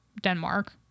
Denmark